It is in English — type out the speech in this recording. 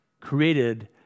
created